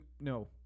no